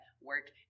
work